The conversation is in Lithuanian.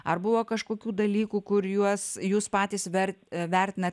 ar buvo kažkokių dalykų kur juos jūs patys vert vertinat